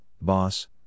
boss